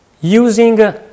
using